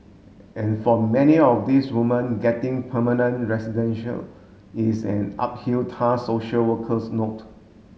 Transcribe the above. and for many of these woman getting permanent residential is an uphill task social workers note